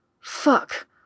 Fuck